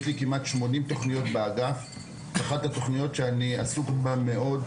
יש לי כמעט 80 תוכניות באגף וזו אחת התוכניות שאני עסוק בה מאוד,